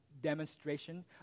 demonstration